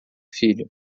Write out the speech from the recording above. filho